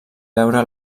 veure